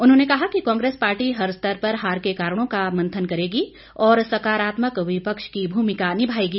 उन्होंने कहा कि कांग्रेस पार्टी हर स्तर पर हार के कारणों का मंथन करेगी और सकारात्मक विपक्ष की भूमिका निभाएगी